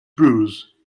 bruise